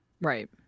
Right